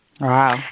Wow